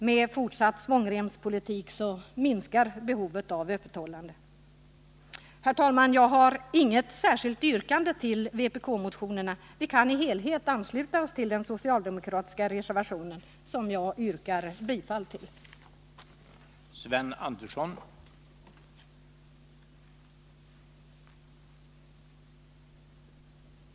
Med fortsatt svångremspolitik minskar behovet av öppethållande. Jag har, herr talman, inget särskilt yrkande med anledning av vpkmotionerna. Vi kan ansluta oss till den socialdemokratiska reservationen i dess helhet, och jag yrkar bifall till densamma.